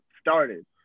started